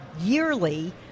yearly